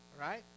right